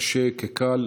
קשה כקל,